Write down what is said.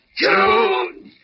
Two